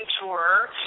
Tour